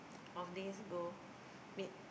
off days go meet